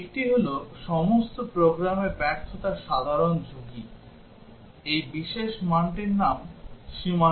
একটি হল সমস্ত প্রোগ্রামে ব্যর্থতার সাধারণ ঝুঁকি এই বিশেষ মানটির নাম সীমানা মান